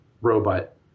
robot